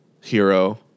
hero